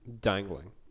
dangling